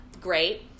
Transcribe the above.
great